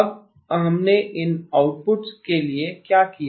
अब हमने इन आउटपुट्स के लिए क्या किया